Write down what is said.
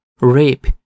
rape